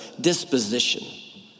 disposition